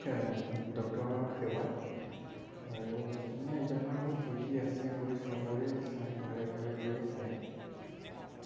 ডক্টৰৰ সেৱা আৰু মানে বেমাৰবোৰ কি কি আছে গৈ চবৰে চায় ঘৰে ঘৰে গৈ চায়